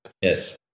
Yes